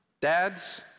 Dads